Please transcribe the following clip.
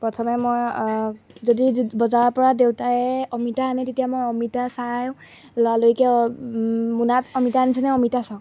প্ৰথমে মই যদি বজাৰৰ পৰা দেউতাই অমিতা আনে তেতিয়া মই অমিতা চাই ল'ৰালৰিকৈ মোনাত অমিতা আনিছেনে অমিতা চাওঁ